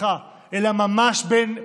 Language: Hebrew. אלא ממש בין העמים,